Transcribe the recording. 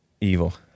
evil